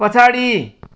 पछाडि